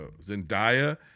Zendaya